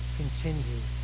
continue